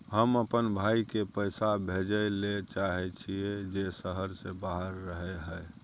हम अपन भाई के पैसा भेजय ले चाहय छियै जे शहर से बाहर रहय हय